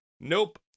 Nope